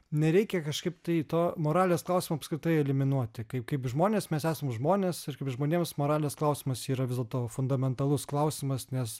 nereikia kažkaip tai to moralės klausimo apskritai eliminuoti kaip kaip žmonės mes esam žmonės ir kaip žmonėms moralės klausimas yra vis dėlto fundamentalus klausimas nes